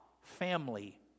family